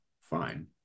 fine